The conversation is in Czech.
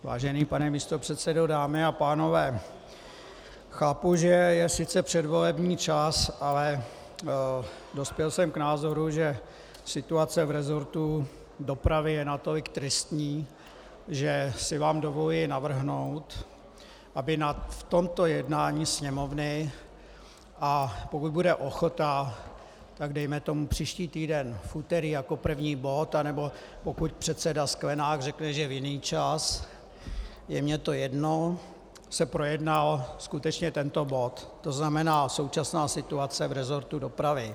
Vážený pane místopředsedo, dámy a pánové, chápu, že je sice předvolební čas, ale dospěl jsem k názoru, že situace v resortu dopravy je natolik tristní, že si vám dovoluji navrhnout, aby na tomto jednání Sněmovny, a pokud bude ochota, tak dejme tomu příští týden v úterý jako první bod, anebo pokud předseda Sklenák řekne, že v jiný čas, je mně to jedno, se projednal skutečně tento bod, to znamená současná situace v resortu dopravy.